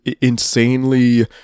insanely